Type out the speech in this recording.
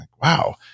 Wow